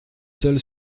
seule